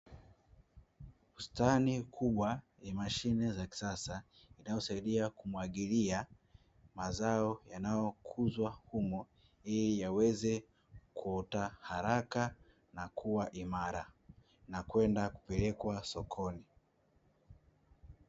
Bustani kubwa ya mashine za kisasa, inayosaidia kumwagilia mazao yanayokuzwa humo, ili yaweze kuota haraka na kuwa imara, na kwenda kupelekwa sokoni.